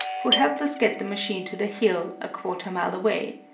who helped us get the machine to the hill, a quarter mile away.